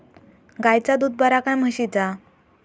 गायचा दूध बरा काय म्हशीचा?